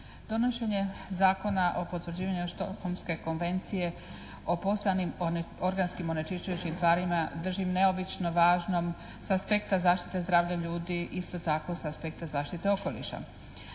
Donošenjem Zakona o potvrđivanju Stockholmske konvencije o postojanim organskim onečišćujućim tvarima držim neobično važnom s aspekta zaštite zdravlja ljudi isto tako s aspekta zaštite okoliša.